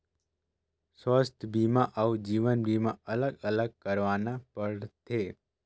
स्वास्थ बीमा अउ जीवन बीमा अलग अलग करवाना पड़थे?